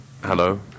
Hello